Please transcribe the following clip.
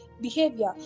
behavior